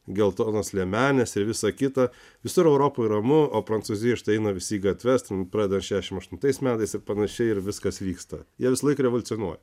geltonos liemenės ir visa kita visur europoje ramu o prancūzija štai eina visi į gatves ten pradedant šešiasdešimt aštuntais metais ir panašiai ir viskas vyksta jie visą laik evoliucionuoja